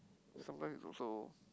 sometimes it's also